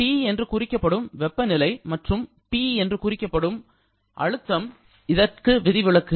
'T' என்று குறிக்கப்படும் வெப்பநிலை மற்றும் 'P' என்று குறிக்கப்படும் அழுத்தம் இதற்கு விதிவிலக்குகள்